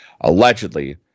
allegedly